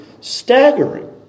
staggering